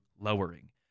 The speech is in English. lowering